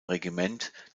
regiment